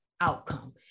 outcome